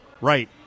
right